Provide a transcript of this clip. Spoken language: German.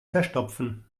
verstopfen